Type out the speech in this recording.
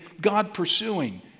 God-pursuing